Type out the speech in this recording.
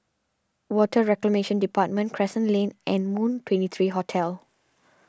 Water Reclamation Department Crescent Lane and Moon twenty three Hotel